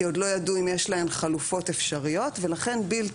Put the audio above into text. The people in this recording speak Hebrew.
כי עוד לא ידעו אם יש להן חלופות אפשריות ולכן בִּילְד